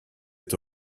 est